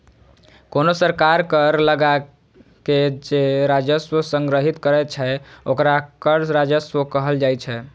कोनो सरकार कर लगाके जे राजस्व संग्रहीत करै छै, ओकरा कर राजस्व कहल जाइ छै